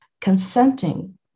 consenting